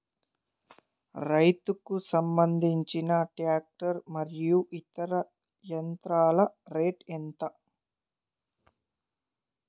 రైతుకు సంబంధించిన టాక్టర్ మరియు ఇతర యంత్రాల రేటు ఎంత?